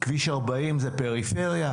כביש 40 זה פריפריה?